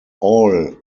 all